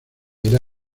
era